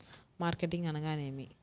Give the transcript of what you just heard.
Marketing అనగానేమి?